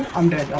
and